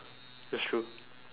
that's true